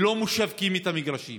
לא משווקים את המגרשים,